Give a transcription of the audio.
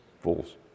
fools